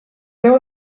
deu